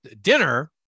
dinner